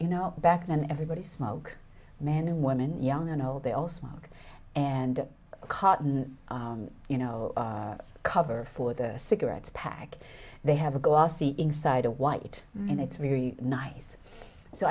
you know back then everybody smoke men and women young and old they all smoke and cotton you know cover for the cigarettes pack they have a glossy inside a white and it's very nice so